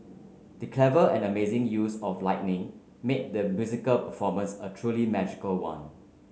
the clever and amazing use of lighting made the musical performance a truly magical one